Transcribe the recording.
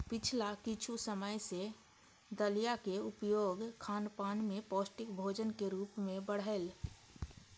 पिछला किछु समय सं दलियाक उपयोग खानपान मे पौष्टिक भोजनक रूप मे बढ़लैए